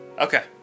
Okay